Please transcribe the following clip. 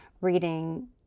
reading